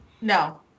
No